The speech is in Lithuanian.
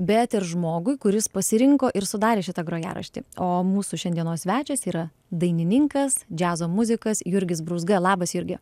bet ir žmogui kuris pasirinko ir sudarė šitą grojaraštį o mūsų šiandienos svečias yra dainininkas džiazo muzikas jurgis brūzga labas jurgi